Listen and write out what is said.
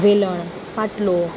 વેલણ પાટલો